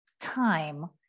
time